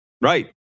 Right